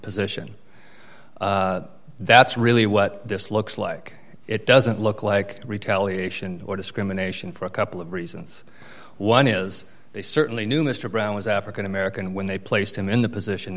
position that's really what this looks like it doesn't look like retaliation or discrimination for a couple of reasons one is they certainly knew mr brown was african american when they placed him in the position